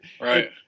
Right